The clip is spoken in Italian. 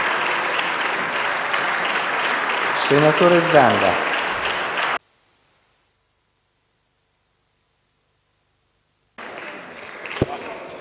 senatore Zanda,